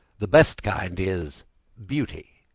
the best kind is beauty.